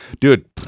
Dude